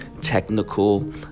technical